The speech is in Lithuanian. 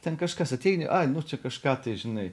ten kažkas ateini ai nu čia kažką tai žinai